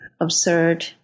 absurd